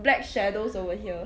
black shadows over here